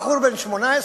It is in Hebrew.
בא בחור בן 18,